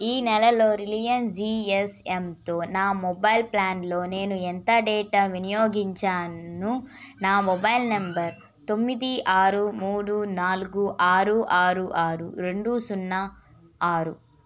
ఈ నెలలో Reliance G S ఎమ్తో నా మొబైల్ ప్లాన్లో నేను ఎంత డేటా వినియోగించాను నా మొబైల్ నెంబర్ తొమ్మిది ఆరు మూడు నాలుగు ఆరు ఆరు ఆరు రొండూ సున్నా ఆరు